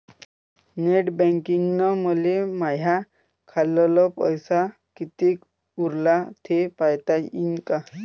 Net बँकिंगनं मले माह्या खाल्ल पैसा कितीक उरला थे पायता यीन काय?